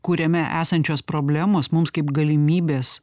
kuriame esančios problemos mums kaip galimybės